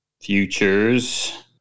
futures